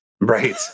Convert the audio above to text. Right